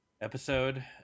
episode